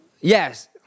Yes